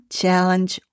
challenge